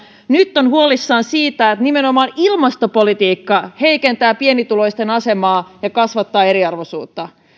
nyt on huolissaan siitä että nimenomaan ilmastopolitiikka heikentää pienituloisten asemaa ja kasvattaa eriarvoisuutta